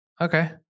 Okay